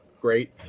great